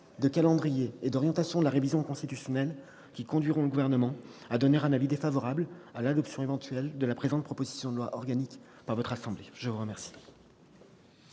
de calendrier et d'orientations de la révision constitutionnelle qui conduiront le Gouvernement à donner un avis défavorable à l'adoption de la présente proposition de loi organique par votre assemblée. La parole